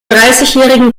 dreißigjährigen